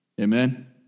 amen